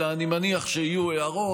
אלא אני מניח שיהיו הערות,